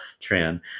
Tran